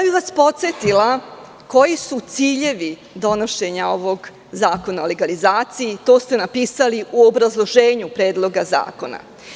bih vas koji su ciljevi donošenja ovog Zakona o legalizaciji, i to ste napisali u obrazloženju Predloga zakona.